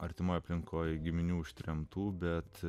artimoje aplinkoje giminių ištremtų bet